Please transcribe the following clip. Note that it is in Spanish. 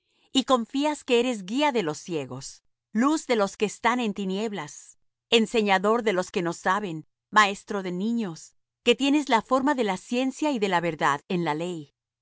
y confías que eres guía de los ciegos luz de los que están en tinieblas enseñador de los que no saben maestro de niños que tienes la forma de la ciencia y de la verdad en la ley